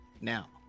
Now